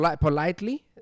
politely